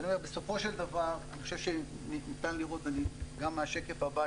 בסופו של דבר אני חושב שניתן לראות גם מהשקף הבא,